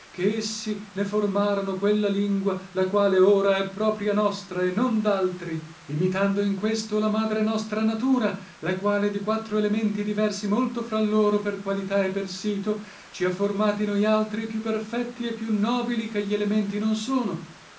che essi ne formarono quella lingua la quale ora è propria nostra e non daltri imitando in questo la madre nostra natura la quale di quattro elementi diversi molto fra loro per qualità e per sito ci ha formati noi altri più perfetti e più nobili che gli elementi non sono